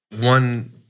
One